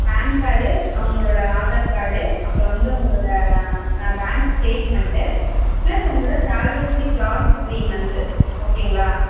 pan card உங்களோடய Aadhaar card அப்புறம் வந்து உங்களோடய ஆ பேங்க் ஸ்டேட்மென்ட்டு ப்ளஸ் உங்களோடய salary slip last three month ஓகேங்களா